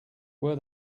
were